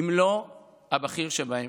אם לא הבכיר שבהם,